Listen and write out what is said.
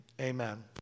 amen